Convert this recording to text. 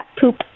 poop